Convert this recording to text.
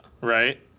Right